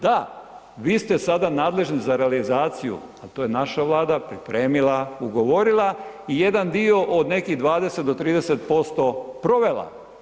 Da, vi ste sada nadležni za realizaciju a to je naša Vlada pripremila, ugovorila i jedan dio od nekih 20 do 30% provela.